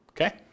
Okay